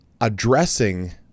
addressing